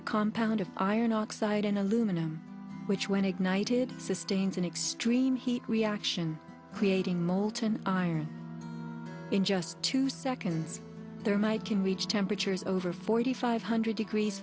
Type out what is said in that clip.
a compound of iron oxide in aluminum which when ignited sustains an extreme heat reaction creating molten iron in just two seconds thermite can reach temperatures over forty five hundred degrees